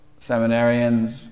seminarians